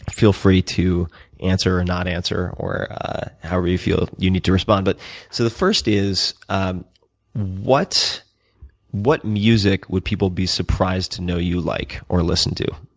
feel free to answer, or not answer, or however you feel you need to respond. but so the first is ah what what music would people be surprised to know you like or listen to?